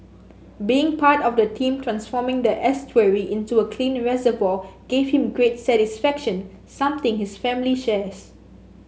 being part of the team transforming the estuary into a clean reservoir gave him great satisfaction something his family shares